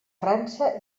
frança